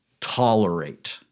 tolerate